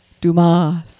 Dumas